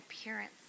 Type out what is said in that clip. appearance